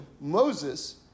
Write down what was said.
Moses